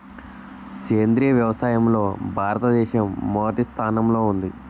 సేంద్రీయ వ్యవసాయంలో భారతదేశం మొదటి స్థానంలో ఉంది